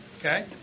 Okay